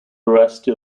veracity